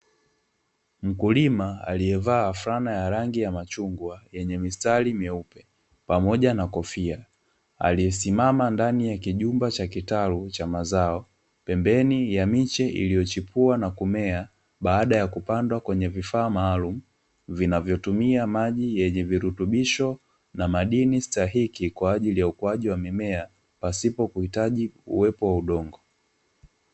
Mkulima aliyevaa fulana ya rangi ya machungwa yenye mistari meupe, pamoja na kofia. Aliyesimama ndani ya kijumba cha kitalu cha mazao, pembeni ya miche iliyochipua na kumea baada ya kupandwa kwenye vifaa maalumu, vinavyotumia maji yenye virutubisho na madini stahiki kwa ajili ya ukuaji wa mimea; pasipo kuhitaji uwepo wa udongo.